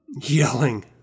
yelling